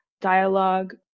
dialogue